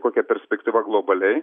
kokia perspektyva globaliai